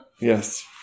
Yes